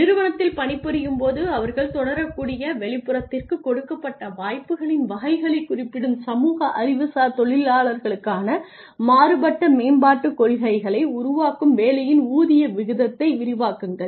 நிறுவனத்தில் பணிபுரியும் போது அவர்கள் தொடரக்கூடிய வெளிப்புறத்திற்குக் கொடுக்கப்பட்ட வாய்ப்புகளின் வகைகளைக் குறிப்பிடும் சமூக அறிவுசார் தொழிலாளர்களுக்கான மாறுபட்ட மேம்பாட்டுக் கொள்கைகளை உருவாக்கும் வேலையின் ஊதிய விகிதத்தை விரிவாக்குங்கள்